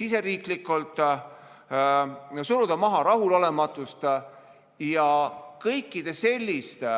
siseriiklikke pingeid ja suruda maha rahulolematust. Kõikide selliste